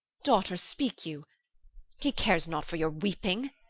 daughter, speak you he cares not for your weeping